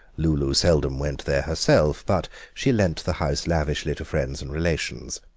lulu seldom went there herself, but she lent the house lavishly to friends and relations.